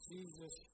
Jesus